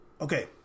okay